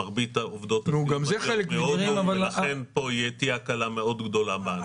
מרבית עובדות הסיעוד מגיעות מהודו ולכן פה תהיה הקלה גדולה מאוד.